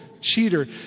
cheater